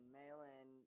mail-in